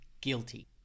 guilty